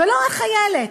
ולא החיילת,